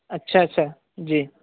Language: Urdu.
اچھا اچھا جی